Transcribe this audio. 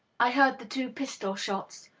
i heard the two pistol-shots.